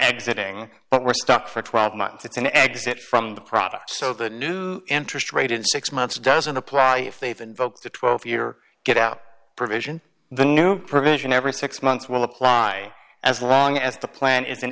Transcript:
exiting but we're stuck for twelve months it's an exit from the product so the new interest rate in six months doesn't apply if they've invoked a twelve year get out provision the new provision every six months will apply as long as the plan is an